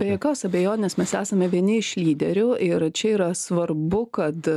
be jokios abejonės mes esame vieni iš lyderių ir čia yra svarbu kad